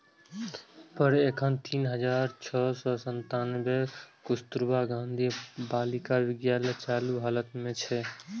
पर एखन तीन हजार छह सय सत्तानबे कस्तुरबा गांधी बालिका विद्यालय चालू हालत मे छै